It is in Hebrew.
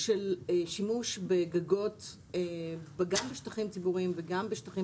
של שימוש בגגות גם בשטחים ציבוריים וגם בשטחים